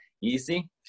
easy